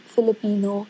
Filipino